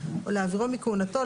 להעבירו מכהונתו,